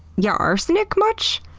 yeah arsenic much?